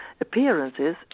appearances